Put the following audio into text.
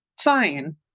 fine